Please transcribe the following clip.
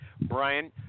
Brian